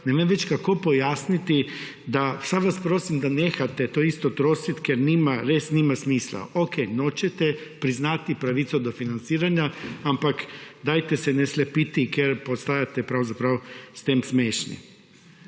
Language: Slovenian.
ne vem več, kako pojasniti, da, vsaj vas prosim, da nehate to isto trosit, ker nima, res nima smisla. Okej, nočete priznati pravico do financiranja, ampak dajte se ne slepiti, ker postajate pravzaprav s tem smešni.